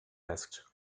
asked